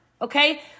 okay